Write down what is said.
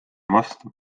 vastu